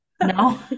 No